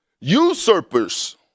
Usurpers